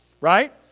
right